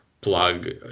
plug